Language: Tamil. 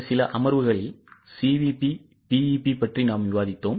மு சில அமர்வுகளில் CVP BEPபற்றி நாம் விவாதித்தோம்